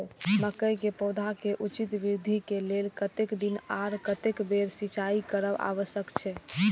मके के पौधा के उचित वृद्धि के लेल कतेक दिन आर कतेक बेर सिंचाई करब आवश्यक छे?